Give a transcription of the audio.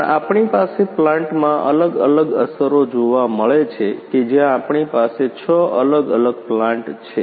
પણ આપની પાસે પ્લાન્ટ માં અલગ અલગ અસરો જોવા મળે છે કે જ્યાં આપણી પાસે 6 અલગ અલગ પ્લાન્ટ છે